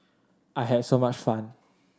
I had so much fun